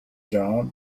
job